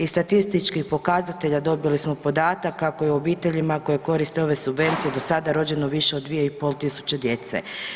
Iz statističkih pokazatelja dobili smo podatak kako je u obiteljima koje koriste ove subvencije do sada rođeno više od 2 i pol tisuće djece.